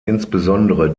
insbesondere